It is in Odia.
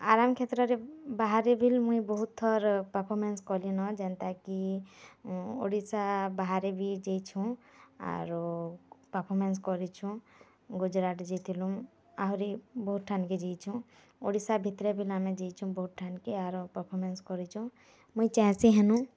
ଆରାମ୍ କ୍ଷେତ୍ରରେ ବାହରେ ବିଲ୍ ମୁଇଁ ବହୁତ୍ ଥର ପର୍ଫୋମାନ୍ସ୍ କଲିନ ଯେନ୍ତା କି ଓଡ଼ିଶା ବାହାରେ ବି ଯାଏଛୁଁ ଆରୁ ପର୍ଫୋମାନ୍ସ୍ କରିଛୁଁ ଗୁଜୁରାଟ୍ ଯାଇଥିଲୁଁ ଆହୁରି ବହୁତ୍ ଠାନ୍କେ ଯାଇଛୁଁ ଓଡ଼ିଶା ଭିତରେ ବି ଆମେ ଯାଏଛୁଁ ବହୁତ୍ ଠାନ୍କେ ଆର୍ ପର୍ଫୋମାନ୍ସ୍ କରିଚୁଁ ମୁଇଁ ଚାହେଁସି ଏନୁ